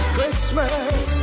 Christmas